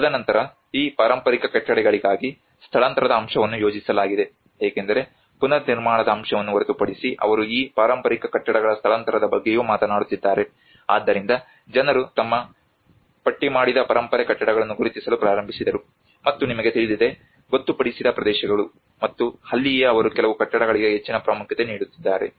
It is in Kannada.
ತದನಂತರ ಈ ಪಾರಂಪರಿಕ ಕಟ್ಟಡಗಳಿಗಾಗಿ ಸ್ಥಳಾಂತರದ ಅಂಶವನ್ನು ಯೋಜಿಸಲಾಗಿದೆ ಏಕೆಂದರೆ ಪುನರ್ನಿರ್ಮಾಣದ ಅಂಶವನ್ನು ಹೊರತುಪಡಿಸಿ ಅವರು ಈ ಪಾರಂಪರಿಕ ಕಟ್ಟಡಗಳ ಸ್ಥಳಾಂತರದ ಬಗ್ಗೆಯೂ ಮಾತನಾಡುತ್ತಿದ್ದಾರೆ ಆದ್ದರಿಂದ ಜನರು ತಮ್ಮ ಪಟ್ಟಿಮಾಡಿದ ಪರಂಪರೆ ಕಟ್ಟಡಗಳನ್ನು ಗುರುತಿಸಲು ಪ್ರಾರಂಭಿಸಿದರು ಮತ್ತು ನಿಮಗೆ ತಿಳಿದಿದೆ ಗೊತ್ತುಪಡಿಸಿದ ಪ್ರದೇಶಗಳು ಮತ್ತು ಅಲ್ಲಿಯೇ ಅವರು ಕೆಲವು ಕಟ್ಟಡಗಳಿಗೆ ಹೆಚ್ಚಿನ ಪ್ರಾಮುಖ್ಯತೆ ನೀಡುತ್ತಿದ್ದಾರೆ